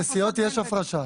לנסיעות יש הפרשה.